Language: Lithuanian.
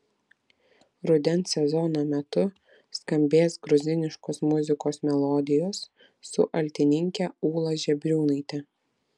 rudens sezono metu skambės gruziniškos muzikos melodijos su altininke ūla žebriūnaite